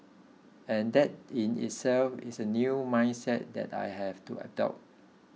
and that in itself is a new mindset that I have to adopt